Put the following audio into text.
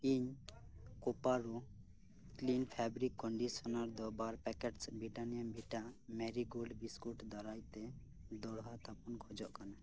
ᱤᱧ ᱠᱳᱯᱟᱨᱳ clean fabric conditioner ᱫᱚ ᱵᱟᱨ ᱵᱟᱨᱯᱮᱠᱮᱴᱥ ᱵᱨᱤᱴᱟᱱᱤᱭᱟ ᱵᱷᱤᱴᱟ ᱢᱮᱨᱤ ᱜᱳᱞᱰ ᱵᱤᱥᱠᱩᱴᱥ ᱫᱟᱨᱟᱭ ᱛᱮ ᱫᱚᱦᱲᱟ ᱛᱷᱟᱯᱚᱱ ᱠᱷᱚᱡᱚᱜ ᱠᱟᱹᱱᱟᱹᱧ